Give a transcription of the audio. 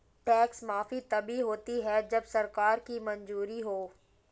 tax माफी तभी होती है जब सरकार की मंजूरी हो